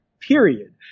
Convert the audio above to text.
period